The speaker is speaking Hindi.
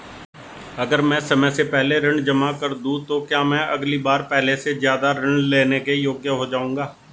अगर मैं समय से पहले ऋण जमा कर दूं तो क्या मैं अगली बार पहले से ज़्यादा ऋण लेने के योग्य हो जाऊँगा?